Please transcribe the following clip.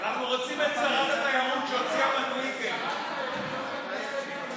אנחנו אומרים לה תודה רבה, ואני מחדש את הישיבה.